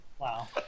Wow